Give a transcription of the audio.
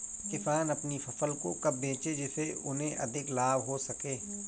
किसान अपनी फसल को कब बेचे जिसे उन्हें अधिक लाभ हो सके?